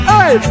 Hey